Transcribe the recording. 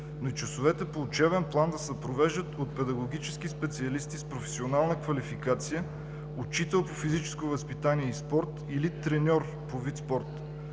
но и часовете по учебен план да се провеждат от педагогически специалисти с професионална квалификация „учител по физическо възпитание и спорт“ или „треньор“ по вид спорт.